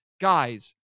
guys